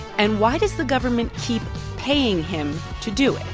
and why does the government keep paying him to do